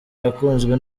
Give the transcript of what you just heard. yakunzwe